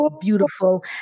beautiful